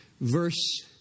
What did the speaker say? Verse